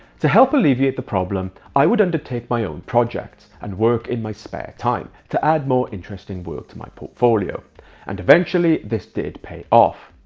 to help alleviate the problem, i would undertake my own projects and work in my spare time to add more interesting work to my portfolio and eventually this did pay off.